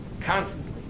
constantly